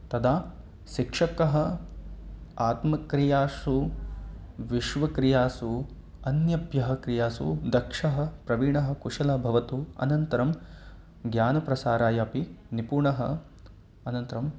तदा शिक्षकः आत्मक्रियासु विश्वक्रियासु अन्यभ्यः क्रियासु दक्षः प्रविणः कुशलः भवतु अनन्तरं ज्ञानप्रसाराय अपि निपुणः अनन्तरम्